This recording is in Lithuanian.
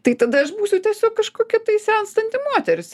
tai tada aš būsiu tiesiog kažkokia tai senstanti moteris